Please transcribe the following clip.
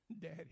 Daddy